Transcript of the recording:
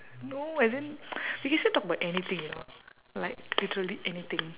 no as in we can still talk about anything you know like literally anything